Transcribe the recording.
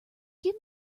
give